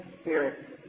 Spirit